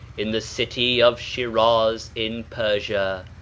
in the city of shiraz, in persia,